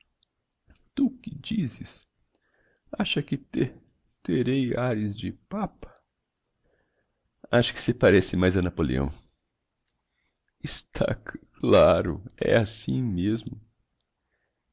que dizes achas que te terei ares de papa acho que se parece mais a napoleão está c laro é assim mesmo